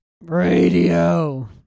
Radio